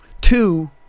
Two